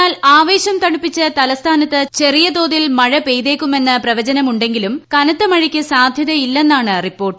എന്നാൽ ആവേശം തണുപ്പിച്ച് തലസ്ഥാനത്ത് ചെറിയ തോതിൽ മഴ പെയ്തേക്കുമെങ്കിലും കനത്ത മഴയ്ക്ക് സാധ്യതയില്ലെന്ന റിപ്പോർട്ട്